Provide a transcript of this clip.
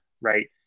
right